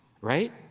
right